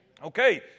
Okay